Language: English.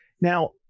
now